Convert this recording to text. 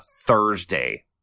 thursday